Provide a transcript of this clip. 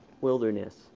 wilderness